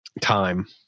time